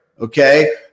Okay